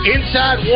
Inside